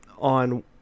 on